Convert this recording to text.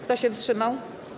Kto się wstrzymał?